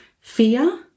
fear